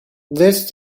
this